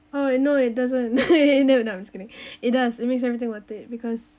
oh no know it doesn't no no I'm just kidding it does it makes everything worth it because